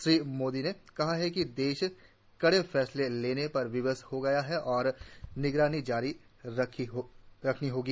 श्री मोदी ने कहा कि देश कड़े फैसले लेने पर विवश हो गया है और निगरानी जारी रखनी होगी